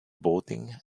boating